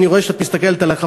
אני רואה שאת מסתכלת עלי,